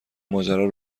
ماجرا